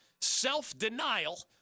self-denial